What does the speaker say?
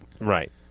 Right